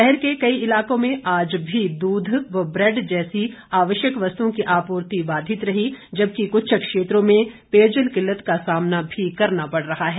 शहर के कई इलाकों में आज भी दूध व ब्रैड जैसी आवश्यक वस्तुओं की आपूर्ति बाधित रही जबकि कृछ क्षेत्रों में पेयजल किल्लत का सामना भी करना पड़ रहा है